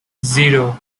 zero